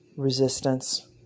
resistance